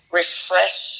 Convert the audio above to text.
refresh